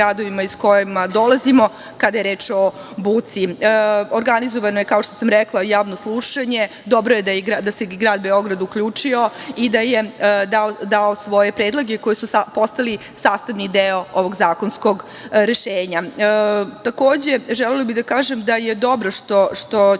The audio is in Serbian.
iz kojih dolazimo kada je reč o buci. Organizovano je, kao što sam rekla, javno slušanje. Dobro je da se i grad Beograd uključio i da je dao svoje predloge koji su postali sastavni deo ovog zakonskog rešenja. Takođe, želela bih da kažem da je dobro što će